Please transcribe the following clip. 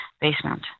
basement